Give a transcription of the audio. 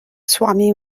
swami